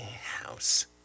House